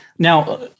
Now